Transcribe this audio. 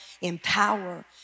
empower